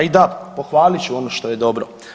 I da, pohvalit ću ono što je dobro.